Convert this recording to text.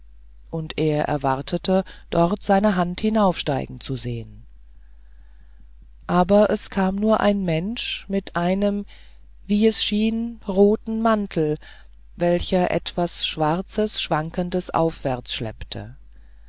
und er erwartete dort seine hand hinaufsteigen zu sehen aber es kam nur ein mensch in einem wie es schien roten mantel welcher etwas schwarzes schwankendes aufwärts schleppte